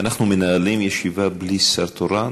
אנחנו מנהלים ישיבה בלי שר תורן,